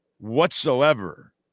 whatsoever